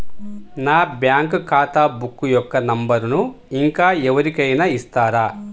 నా బ్యాంక్ ఖాతా బుక్ యొక్క నంబరును ఇంకా ఎవరి కైనా ఇస్తారా?